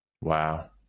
Wow